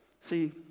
See